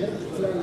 בדרך כלל,